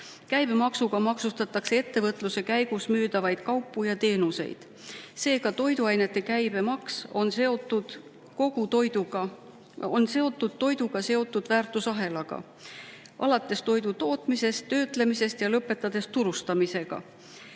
Käibemaksuga maksustatakse ettevõtluse käigus müüdavaid kaupu ja teenuseid. Seega, toiduainete käibemaks on seotud toiduga seotud väärtusahelaga alates toidu tootmisest ja töötlemisest ning lõpetades turustamisega.